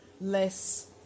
less